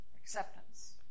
acceptance